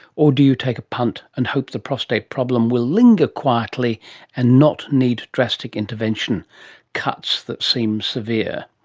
or do you take a punt and hope the prostate problem will linger quietly and not need drastic intervention cuts that seems severe?